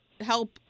help